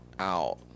out